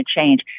change